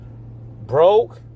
broke